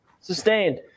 Sustained